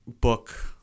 book